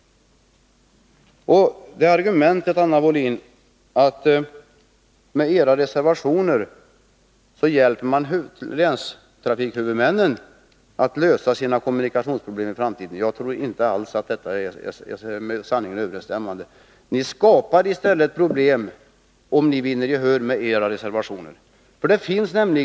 Argumentet att ett bifall till era reservationer skulle hjälpa länstrafikhuvudmännen att lösa sina kommunikationsproblem i framtiden tror jag inte är med sanningen överensstämmande. Ni skapar i stället problem, om ni får gehör för era reservationer.